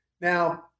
Now